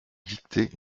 dicter